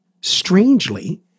strangely